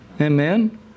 Amen